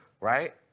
right